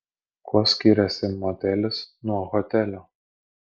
kuo skiriasi motelis nuo hotelio